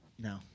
No